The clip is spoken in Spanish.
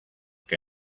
que